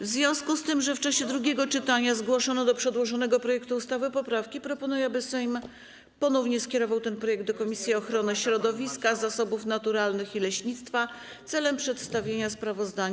W związku z tym, że w czasie drugiego czytania zgłoszono do przedłożonego projektu ustawy poprawki, proponuję, aby Sejm ponownie skierował ten projekt do Komisji Ochrony Środowiska, Zasobów Naturalnych i Leśnictwa celem przedstawienia sprawozdania.